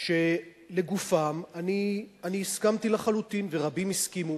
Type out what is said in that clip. שלגופם אני הסכמתי לחלוטין ורבים הסכימו: